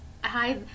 hi